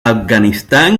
afganistán